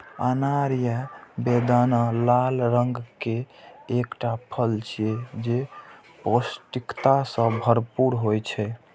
अनार या बेदाना लाल रंग के एकटा फल छियै, जे पौष्टिकता सं भरपूर होइ छै